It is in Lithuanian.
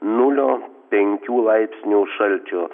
nulio penkių laipsnių šalčio